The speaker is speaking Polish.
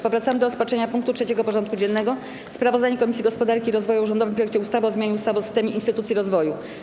Powracamy do rozpatrzenia punktu 3. porządku dziennego: Sprawozdanie Komisji Gospodarki i Rozwoju o rządowym projekcie ustawy o zmianie ustawy o systemie instytucji rozwoju.